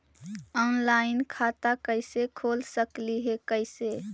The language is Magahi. ऑनलाइन खाता कैसे खोल सकली हे कैसे?